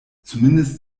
zumindest